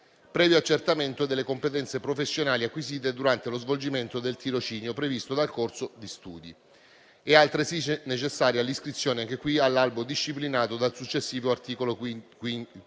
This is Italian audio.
previo accertamento delle competenze professionali acquisite durante lo svolgimento del tirocinio previsto dal corso di studi. È altresì necessaria l'iscrizione all'albo disciplinato dal successivo articolo 5.